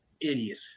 Idiot